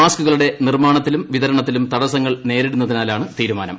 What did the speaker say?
മാസ്കുകളുടെ നിർമാണത്തിലും വിതരണത്തിലും തടസങ്ങൾ നേരിടുന്നതിനാലാണ് തീരുമാനം